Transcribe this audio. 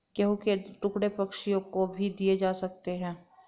गेहूं के टुकड़े पक्षियों को भी दिए जा सकते हैं